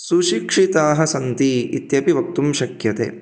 सुशिक्षिताः सन्ति इत्यपि वक्तुं शक्यते